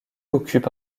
occupe